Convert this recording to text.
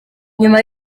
nyuma